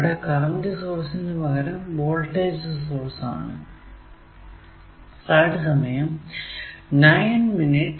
ഇവിടെ കറന്റ് സോഴ്സിന് പകരം വോൾടേജ് സോഴ്സ് ആണ്